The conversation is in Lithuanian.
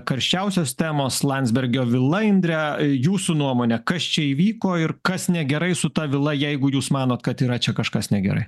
karščiausios temos landsbergio vila indre jūsų nuomone kas čia įvyko ir kas negerai su ta vila jeigu jūs manote kad yra čia kažkas negerai